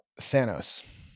Thanos